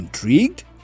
Intrigued